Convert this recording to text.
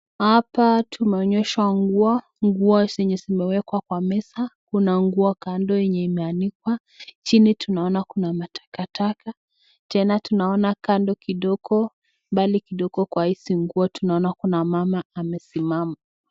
Hapa tumeonyeshwa nguo. Nguo zenye zimewekwa kwa meza. Kuna nguo kando yenye imeandikwa. Chini tunaona kuna matakataka. Tena tunaona kando kidogo, mbali kidogo kwa hizi nguo, tunaona kuna mama amesimama.